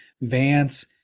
Vance